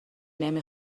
نمی